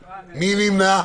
7 נמנעים,